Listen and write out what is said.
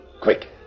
quick